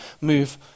move